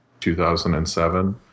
2007